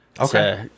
Okay